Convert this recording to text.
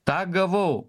tą gavau